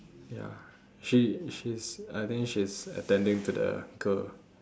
ya she she's I think she's attending to the girl